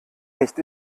nicht